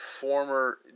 former